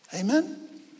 Amen